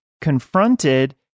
confronted